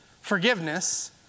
forgiveness